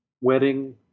wedding